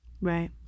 Right